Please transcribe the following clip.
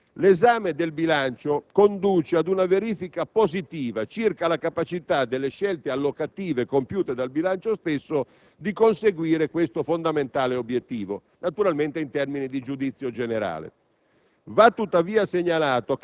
parlamentare». L'esame del bilancio conduce ad una verifica positiva circa la capacità delle scelte allocative, compiute dal bilancio stesso, di conseguire questo fondamentale obiettivo, naturalmente in termini di giudizio generale.